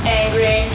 angry